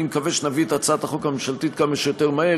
אני מקווה שנביא את הצעת החוק הממשלתית כמה שיותר מהר.